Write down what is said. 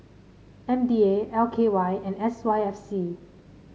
M D A L K Y and S Y F C